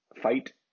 fight